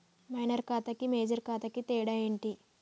Minor ఖాతా కి major ఖాతా కి తేడా ఏంటి?